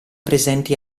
presenti